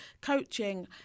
coaching